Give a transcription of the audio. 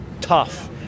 tough